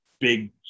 big